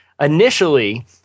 initially